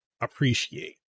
appreciate